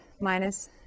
minus